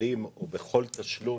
המילים 'ובכל תשלום'